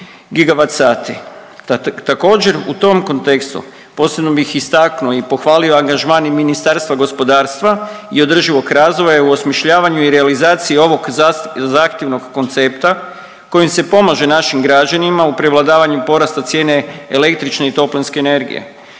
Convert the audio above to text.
sati. Također, u tom kontekstu posebno bih istaknuo i pohvalio angažman i Ministarstva gospodarstva i održivog razvoja u osmišljavanju i realizaciji ovog zahtjevnog koncepta kojim se pomaže našim građanima u prevladavanju porasta cijene električne i toplinske energije.